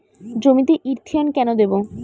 জমিতে ইরথিয়ন কেন দেবো?